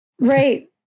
Right